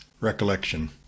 recollection